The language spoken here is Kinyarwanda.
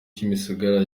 kimisagara